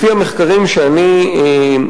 לפי הנתונים שבידי,